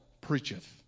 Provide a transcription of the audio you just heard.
preacheth